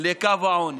לקו העוני.